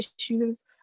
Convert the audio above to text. issues